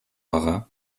байгаа